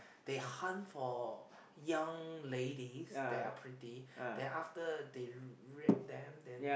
they hunt for young ladies that are pretty then after they rape them then